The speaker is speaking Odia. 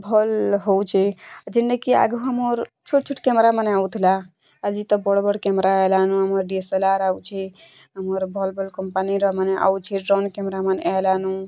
ଭଲ୍ ହଉଛେ ଆଉ ଯେନ୍ତା କି ଆଘ ଆମର୍ ଛୋଟ୍ ଛୋଟ୍ କ୍ୟାମେରା ମାନେ ଆଉଥିଲା ଆଜି ତ ବଡ଼୍ ବଡ଼୍ କ୍ୟାମେରା ଆଇଲାନ ଆମର୍ ଡ଼ିଏସଲାର୍ ଆଉଛେ ଆମର୍ ଭଲ୍ ଭଲ୍ କମ୍ପାନୀର ମାନେ ଆଉଛେ ଡ଼୍ରୋନ୍ କ୍ୟାମେରା ମାନେ ଆଇଲାନ